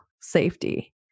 safety